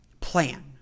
plan